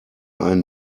einen